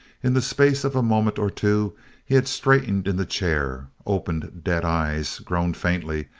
in the space of a moment or two he had straightened in the chair, opened dead eyes, groaned faintly,